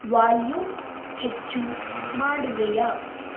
volume ಹೆಚ್ಚು ಮಾಡುವೆಯಾ